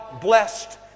blessed